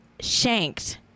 shanked